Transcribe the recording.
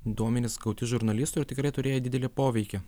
duomenys gauti žurnalistų ir tikrai turėjo didelį poveikį